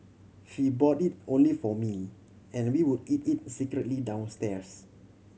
she bought it only for me and we would eat it secretly downstairs